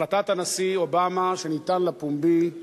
החלטת הנשיא אובמה שניתן לה פומבי,